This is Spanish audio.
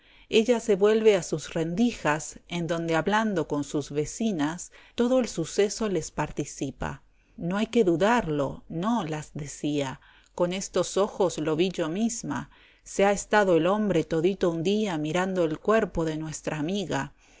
ella se vuelve a sus rendijas en donde hablando con sus vecinas todo el suceso les participa no hay que dudarlo no con estos ojos lo ví yo misma se ha estado el hombre todito un día mirando el cuerpo de nuestra amiga